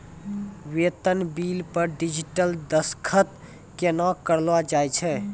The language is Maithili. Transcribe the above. बेतन बिल पर डिजिटल दसखत केना करलो जाय छै?